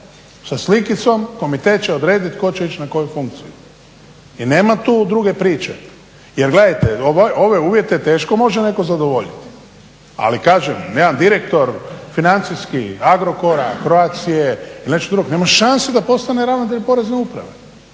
sa slikicom, komitet će odrediti tko će ići na koju funkciju i nema tu druge priče. Jer gledajte ove uvjete teško može netko zadovoljiti. Ali kažem jedan direktor financijski Agrokora, Croatie ili nečeg drugog nema šanse da postane ravnatelj Porezne uprave